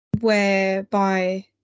whereby